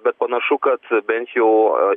bet panašu kad bent jau